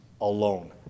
alone